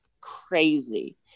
crazy